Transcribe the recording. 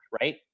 right